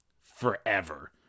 forever